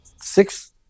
six